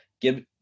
give